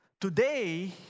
Today